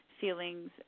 feelings